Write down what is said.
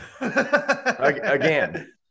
Again